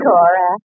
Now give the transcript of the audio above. Cora